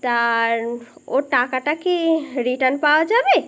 আর ওর টাকাটা কি রিটার্ন পাওয়া যাবে